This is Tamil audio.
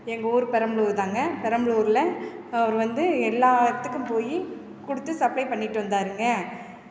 எங்கள் ஊர் பெரம்பலூர் தாங்க பெரம்பலூரில் அவர் வந்து எல்லார்த்துக்கும் போய் கொடுத்து சப்ளை பண்ணிவிட்டு வந்தாருங்க